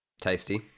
tasty